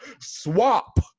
swap